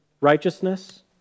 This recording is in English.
righteousness